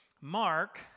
mark